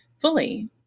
fully